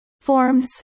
Forms